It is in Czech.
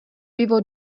pivo